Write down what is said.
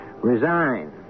resign